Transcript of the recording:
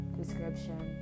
description